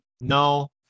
No